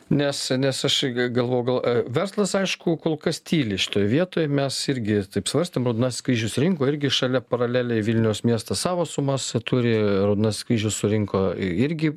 nes nes aš galvoju gal verslas aišku kol kas tyli šitoje vietoj mes irgi taip svarstėm raudonas kryžius rinko irgi šalia paraleliai vilniaus miestas savo sumas turi ir nuskaičius surinko irgi